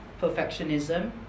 perfectionism